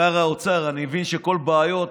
שר האוצר, אני מבין שאת כל בעיות